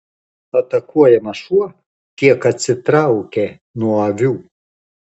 atakuojamas šuo kiek atsitraukė nuo avių